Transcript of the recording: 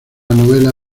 novela